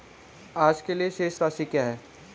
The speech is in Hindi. आज के लिए शेष राशि क्या है?